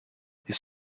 his